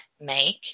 make